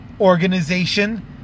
organization